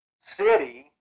city